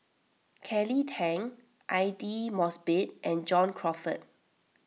Kelly Tang Aidli Mosbit and John Crawfurd